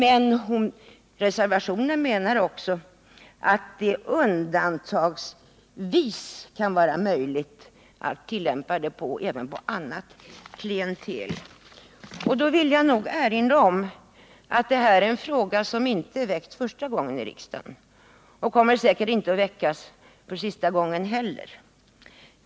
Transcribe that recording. I reservationen 1 säger man att det undantagsvis bör vara möjligt att tillämpa sådana bestämmelser även på ett annat klientel. Jag vill erinra om att frågan icke är uppe för första gången i riksdagen, och säkerligen inte heller för sista gången.